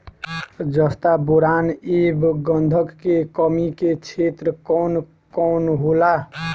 जस्ता बोरान ऐब गंधक के कमी के क्षेत्र कौन कौनहोला?